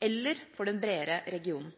eller for den bredere regionen.